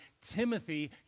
Timothy